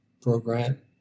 Program